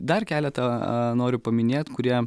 dar keletą a noriu paminėt kurie